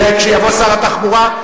זה כשיבוא שר התחבורה.